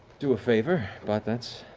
do a favor, but that's,